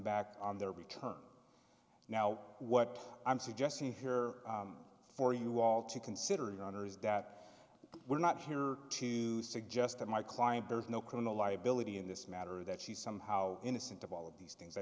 back on their return now what i'm suggesting here for you all to consider your honor is that we're not here to suggest that my client there's no criminal liability in this matter that she's somehow innocent of all of these things i